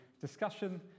discussion